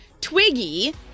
Twiggy